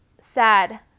sad